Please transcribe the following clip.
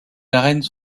arènes